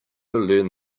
learn